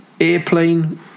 Airplane